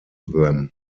them